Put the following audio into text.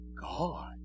God